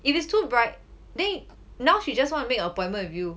if it's too bright then y~ now she just wanna make appointment with you